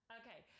okay